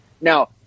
Now